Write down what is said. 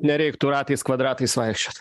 nereiktų ratais kvadratais vaikščioti